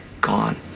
gone